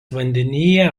vandenyje